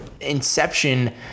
inception